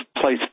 place